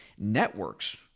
networks